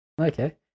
Okay